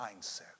mindset